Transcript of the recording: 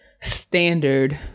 standard